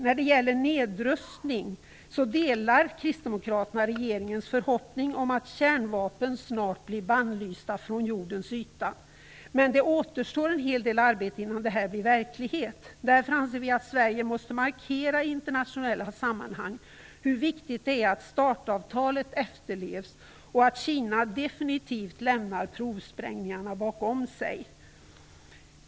När det gäller nedrustning delar kristdemokraterna regeringens förhoppning att kärnvapen snart blir bannlysa från jordens yta. Men det återstår en hel del arbete innan detta blir verklighet. Därför anser vi att Sverige i internationella sammanhang måste markera hur viktigt det är att START-avtalet efterlevs och att Kina definitivt lämnar provsprängningarna bakom sig.